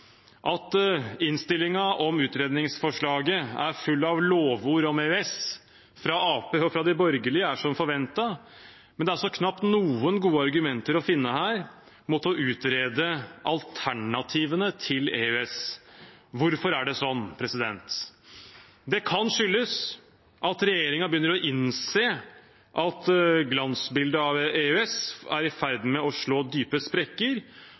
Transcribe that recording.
At innstillingen om utredningsforslaget er full av lovord om EØS fra Arbeiderpartiet og fra de borgerlige, er som forventet, men det er knapt noen gode argumenter å finne mot å utrede alternativene til EØS. Hvorfor er det sånn? Det kan skyldes at regjeringen begynner å innse at glansbildet av EØS er i ferd med å slå dype sprekker,